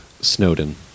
Snowden